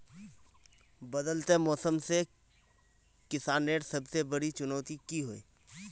बदलते मौसम से किसानेर सबसे बड़ी चुनौती की होय?